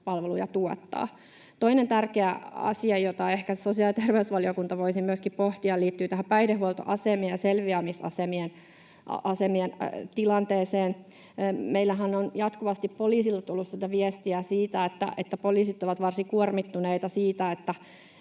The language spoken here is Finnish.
palveluja tuottaa. Toinen tärkeä asia, jota ehkä sosiaali- ja terveysvaliokunta voisi myöskin pohtia, liittyy päihdehuoltoasemien ja selviämisasemien tilanteeseen. Meillähän on jatkuvasti poliisilta tullut viestiä siitä, että poliisit ovat varsin kuormittuneita siitä,